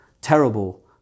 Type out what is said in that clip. terrible